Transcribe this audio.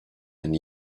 and